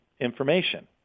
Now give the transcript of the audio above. information